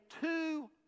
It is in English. two